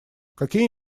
какие